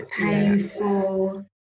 painful